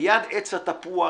ליד עץ התפוח,